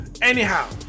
Anyhow